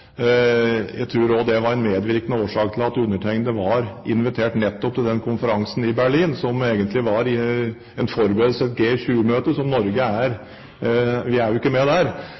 jeg tror også det var en medvirkende årsak til at undertegnede var invitert nettopp til den konferansen i Berlin, som egentlig var en forberedelse til et G20-møte, og Norge er jo ikke med der.